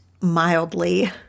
mildly